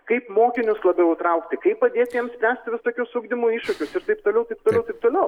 kaip mokinius labiau įtraukti kaip padėti jiems spręsti tokius ugdymui iššūkius ir taip toliau taip toliau taip toliau